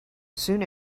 soon